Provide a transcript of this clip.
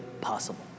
possible